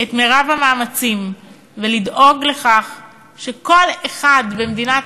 את מרב המאמצים ולדאוג לכך שכל אחד במדינת